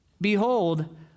Behold